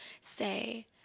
say